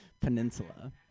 peninsula